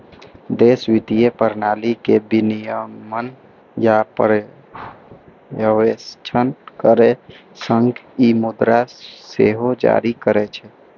देशक वित्तीय प्रणाली के विनियमन आ पर्यवेक्षण करै के संग ई मुद्रा सेहो जारी करै छै